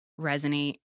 resonate